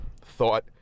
thought